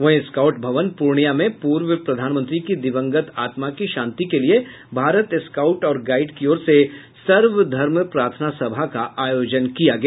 वहीं स्काउट भवन पूर्णिया में पूर्व प्रधानमंत्री की दिवंगत आत्मा की शांति के लिए भारत स्काउट और गाइड की ओर से सर्वधर्म प्रार्थना सभा का आयोजन किया गया